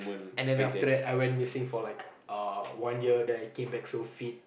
and then after that I went missing for like uh one year then I came back so fit